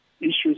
issues